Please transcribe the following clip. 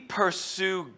pursue